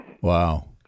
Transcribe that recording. Wow